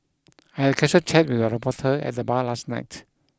I had casual chat with a reporter at the bar last night